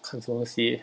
看什么戏